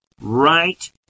Right